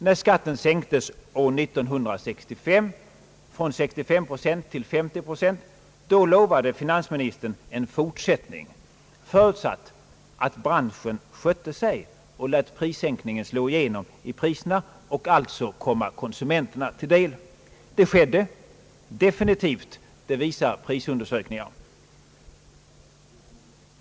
När skatten år 1965 sänktes från 65 till 50 procent lovade finansministern en fortsättning förutsatt att branschen skötte sig och lät prissänkningen slå igenom i priserna och alltså komma konsumenterna till del. Det skedde definitivt. Det visar prisundersökningar.